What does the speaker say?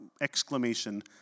exclamation